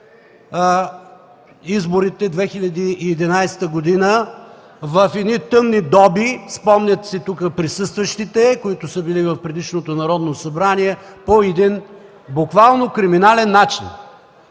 изборите през 2011 г. в тъмни доби. Спомняте си тук присъстващите, които са били в предишното Народно събрание, че по един буквално криминален начин